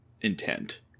intent